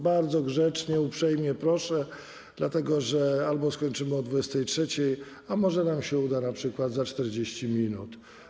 Bardzo grzecznie, uprzejmie proszę, dlatego że albo skończymy o godz. 23, albo może nam się uda np. za 40 minut.